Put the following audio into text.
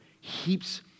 heaps